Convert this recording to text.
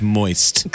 moist